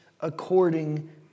according